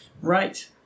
right